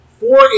Four